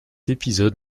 épisode